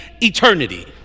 eternity